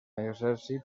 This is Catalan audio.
exèrcit